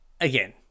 again